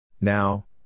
now